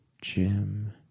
Jim